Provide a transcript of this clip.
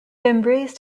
embraced